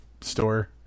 store